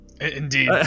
Indeed